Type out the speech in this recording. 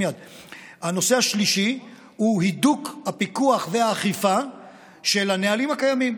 הנושא השלישי הוא הידוק הפיקוח והאכיפה על הנהלים הקיימים.